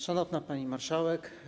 Szanowna Pani Marszałek!